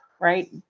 right